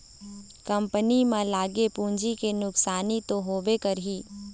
company म लगे पूंजी के नुकसानी तो होबे करही